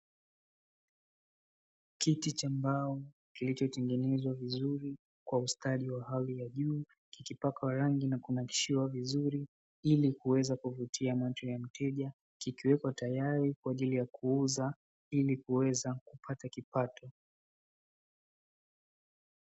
Kiti cha mbao kilichotengenezwa vizuri kwa ustadi wa hali ya juu kikipakwa rangi na kinakshiwa vizuri ili kuweza kumvutia mteja, kikiwekwa tayari kwa ajili ya kuuza ili kuweza kupata kipato.